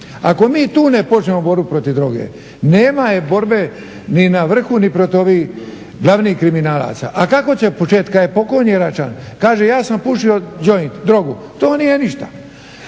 Ako mi tu ne počnemo borbu protiv droge nema borbe ni na vrhu ni protiv ovih glavnih kriminalaca. A kako će početi kad pokojni Račan kaže ja sam pušio džoint, drogu. To nije ništa.